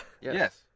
Yes